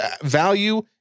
value